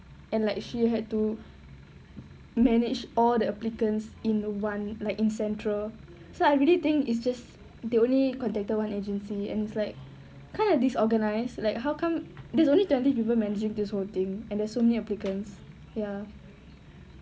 and like she had to manage all the applicants is [one] like in central so I really think it's just the only contacted one agency and it's like kind of disorganised like how come there's only twenty people managing this whole thing and there's so many applicants ya